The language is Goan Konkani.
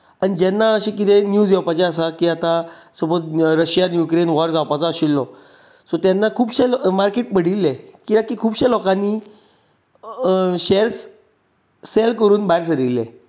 आनी जेन्ना अशें कितें न्यूज येवपाचे आसात की आतां सपोज रशियन युक्रेन वॉर जावपाचो आशिल्लो सो ते न्ना खुबशे मार्केट बडिल्लें कित्याक की खुबशा लोकांनी शॅर्स सॅल करून भायर सरिल्ले